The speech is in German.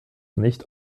nicht